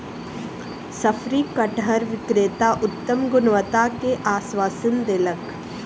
शफरी कटहर विक्रेता उत्तम गुणवत्ता के आश्वासन देलक